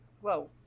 Whoa